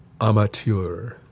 amateur